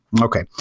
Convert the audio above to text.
Okay